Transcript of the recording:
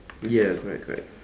ya correct correct